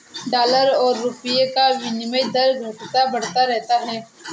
dollar और रूपए का विनियम दर घटता बढ़ता रहता है